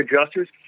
adjusters